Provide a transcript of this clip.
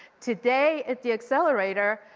today, at the accelerator,